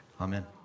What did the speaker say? Amen